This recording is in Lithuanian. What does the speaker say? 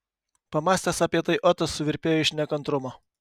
pamąstęs apie tai otas suvirpėjo iš nekantrumo